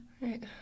Right